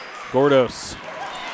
Gordos